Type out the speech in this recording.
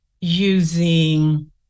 using